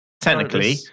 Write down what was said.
technically